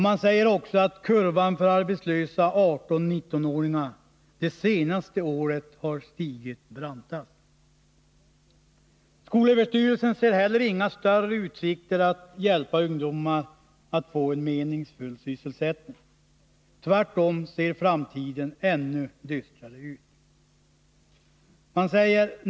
Man säger också att kurvan för arbetslösa 18-19-åringar det senaste året har stigit brantast. | Skolöverstyrelsen ser heller inga större utsikter att kunna hjälpa ungdomar att få en meningsfull sysselsättning. Tvärtom ser framtiden ännu dystrare ut.